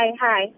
hi